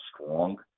strong